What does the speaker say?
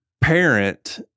parent